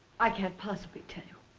i can't possibly tell you.